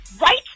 right